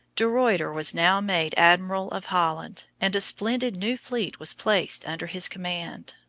de ruyter was now made admiral of holland, and a splendid new fleet was placed under his command.